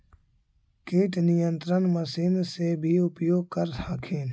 किट नियन्त्रण मशिन से भी उपयोग कर हखिन?